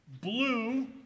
Blue